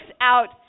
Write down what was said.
out